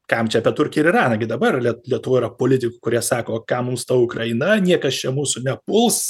kam čia apie turkiją ir iraną gi dabar lie lietuvoj yra politikų kurie sako kam mums ta ukraina niekas čia mūsų nepuls